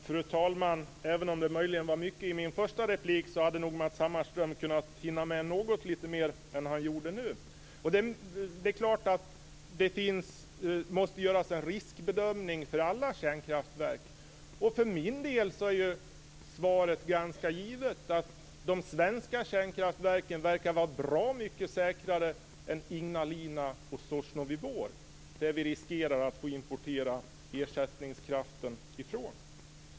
Fru talman! Även om det möjligen var mycket i i min första replik, hade nog Matz Hammarström kunnat hinna med något lite mer än vad han gjorde nu. Det är klart att det måste göras en riskbedömning för alla kärnkraftverk. För min del är svaret ganska givet, att de svenska kärnkraftverken verkar vara bra mycket säkrare än Ignalina och Sosnonyj Bor, som vi riskerar att få importera ersättningskraften ifrån.